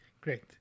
Great